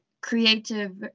creative